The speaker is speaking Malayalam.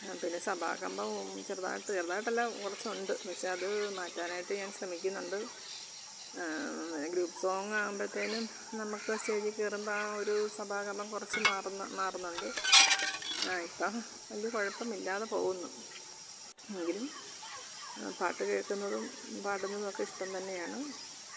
പിന്നെ സഭാകമ്പം ചെറുതായിട്ട് ചെറുതായിട്ടല്ല കുറച്ച് ഉണ്ട് പക്ഷെ അത് മാറ്റാനായിട്ട് ഞാൻ ശ്രമിക്കുന്നുണ്ട് ഗ്രൂപ്പ് സോങ് ആകുമ്പോഴത്തെന് നമുക്ക് സ്റ്റേജിൽ കയറുമ്പം ആ ഒരു സഭാകമ്പം കുറച്ച് മാറുന്ന മാറുന്നുണ്ട് ഇപ്പം വലിയ കുഴപ്പമില്ലാതെ പോവുന്നു എങ്കിലും പാട്ട് കേൾക്കുന്നതും പാടുന്നതും ഒക്കെ ഇഷ്ടം തന്നെയാണ്